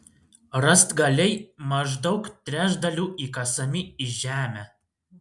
rąstgaliai maždaug trečdaliu įkasami į žemę